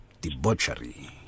Debauchery